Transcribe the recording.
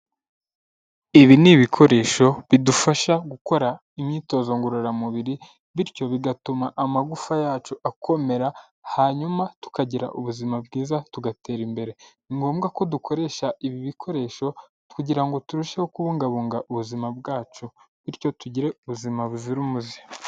Ibi ni ibikoresho bidufasha gukora imyitozo ngororamubiri bityo bigatuma amagufa yacu akomera, hanyuma tukagira ubuzima bwiza tugatera imbere, ni ngombwa ko dukoresha ibi bikoresho kugira ngo turusheho kubungabunga ubuzima bwacu bityo tugire ubuzima buzira umuze.